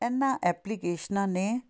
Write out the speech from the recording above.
ਇਹਨਾਂ ਐਪਲੀਕੇਸ਼ਨਾਂ ਨੇ